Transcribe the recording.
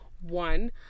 one